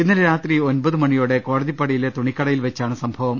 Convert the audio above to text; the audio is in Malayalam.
ഇന്നലെ രാത്രി ഒമ്പ തുമണിയോടെ കോടതിപ്പടിയിലെ തുണിക്കടയിൽ വെച്ചാണ് സംഭവം